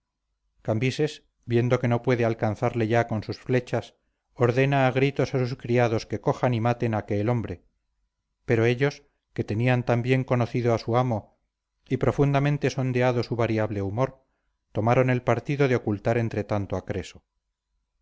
cambises viendo que no puede alcanzarle ya con sus flechas ordena a gritos a sus criados que cojan y maten a aquel hombre pero ellos que tenían bien conocido a su amo y profundamente sondeado su variable humor tomaron el partido de ocultar entretanto a creso